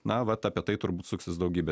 na vat apie tai turbūt suksis daugybė